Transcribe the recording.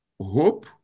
hope